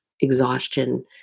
exhaustion